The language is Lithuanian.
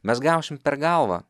mes gausim per galvą